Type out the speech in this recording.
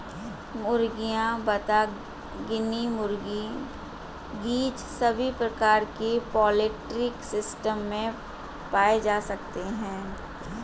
मुर्गियां, बत्तख, गिनी मुर्गी, गीज़ सभी प्रकार के पोल्ट्री सिस्टम में पाए जा सकते है